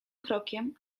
krokiem